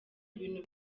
ibintu